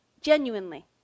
Genuinely